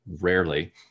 rarely